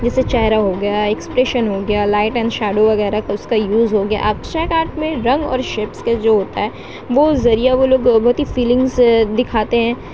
جیسے چہرہ ہو گیا ایکسپریشن ہو گیا لائٹ اینڈ شیڈو وغیرہ کا اس کا یوز ہو گیا ابسٹریکٹ آرٹ میں رنگ اور شیپس کا جو ہوتا ہے وہ ذریعہ وہ لوگ بہت ہی فیلنگس دکھاتے ہیں